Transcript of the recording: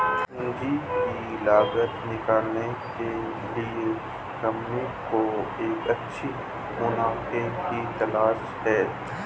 पूंजी की लागत निकालने के लिए कंपनी को एक अच्छे मुनीम की तलाश है